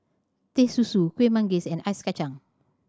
Teh Susu Kuih Manggis and Ice Kachang